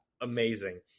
Amazing